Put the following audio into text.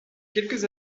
quelques